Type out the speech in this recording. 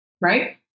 right